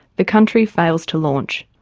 the country fails to launch.